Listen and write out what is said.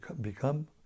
become